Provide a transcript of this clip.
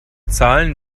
zahlen